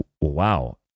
wow